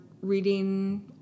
reading